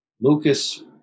Lucas